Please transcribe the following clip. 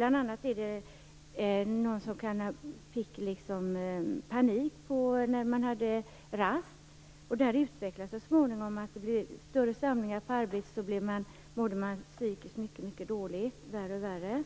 Bl.a. gäller det någon som fick panik när det var rast. Det här utvecklades så småningom. Vid större samlingar på arbetet mådde personen psykiskt mycket dåligt. Det blev värre och värre.